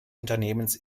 unternehmens